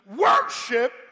worship